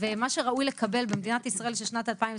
ומה שראוי לקבל במדינת ישראל של שנת 2022,